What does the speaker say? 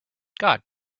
god